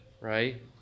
right